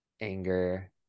anger